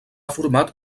format